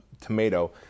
tomato